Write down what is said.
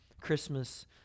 Christmas